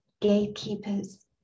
gatekeepers